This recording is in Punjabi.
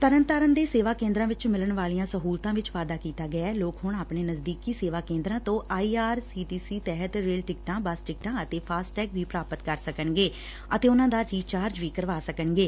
ਤਰਨਤਾਰਨ ਦੇ ਸੇਵਾ ਕੇਂਦਰਾਂ ਵਿੱਚ ਮਿਲਣ ਵਾਲੀਆਂ ਸਹੂਲਤਾਂ ਵਿਚ ਵਾਧਾ ਕੀਤਾ ਗਿਐ ਲੋਕ ਹੁਣ ਆਪਣੇ ਨਜ਼ਦੀਕੀ ਸੇਵਾ ਕੇਂਦਰਾਂ ਤੋ I R C T C ਤਹਿਤ ਰੇਲ ਟਿਕਟਾਂ ਬੱਸ ਟਿਕਟਾਂ ਅਤੇ ਫਾਸਟੈਗ ਵੀ ਪ੍ਰਾਪਤ ਕਰ ਸਕਣਗੇ ਅਤੇ ਉਨਾਂ ਦਾ ਰੀਚਾਰਜ ਵੀ ਕਰਾ ਸਕਣਗੇ